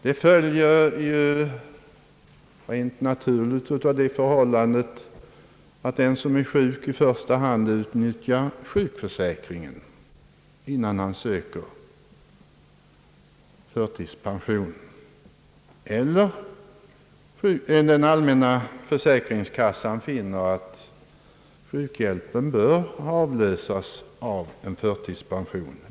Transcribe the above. Det följer naturligt av det förhållandet, att den som är sjuk i första hand utnyttjar sjukförsäkringen innan han söker förtidspension. Allmänna försäkringskassan kan också finna att sjukhjälpen bör avlösas av en förtidspension.